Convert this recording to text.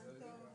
תודה רבה.